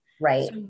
Right